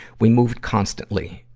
we moved constantly,